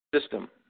system